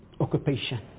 occupation